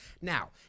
Now